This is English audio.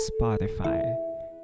Spotify